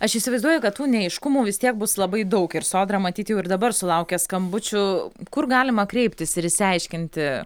aš įsivaizduoju kad tų neaiškumų vis tiek bus labai daug ir sodra matyt jau ir dabar sulaukia skambučių kur galima kreiptis ir išsiaiškinti